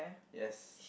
yes